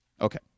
Okay